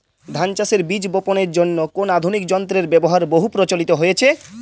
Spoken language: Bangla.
ধান চাষের বীজ বাপনের জন্য কোন আধুনিক যন্ত্রের ব্যাবহার বহু প্রচলিত হয়েছে?